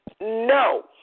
no